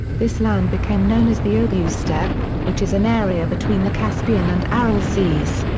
this land became known as the oghuz steppe, which is an area between the caspian and aral seas.